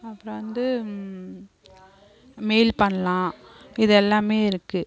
அப்றம் வந்து மெயில் பண்ணலாம் இது எல்லாம் இருக்குது